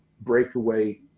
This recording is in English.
breakaway